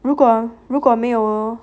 如果如果没有